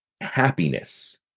happiness